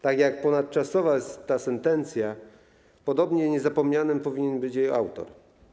Tak jak ponadczasowa jest ta sentencja, podobnie niezapomniany powinien być jej autor.